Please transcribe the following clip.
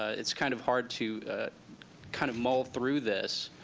it's kind of hard to kind of mull through this.